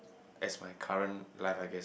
as my current life I guess